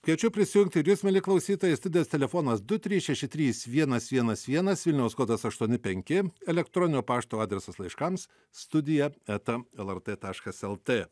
kviečiu prisijungti ir jūs mieli klausytojai studijos telefonas du trys šeši trys vienas vienas vienas vilniaus kodas aštuoni penki elektroninio pašto adresas laiškams studija eta lrt taškas lt